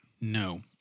No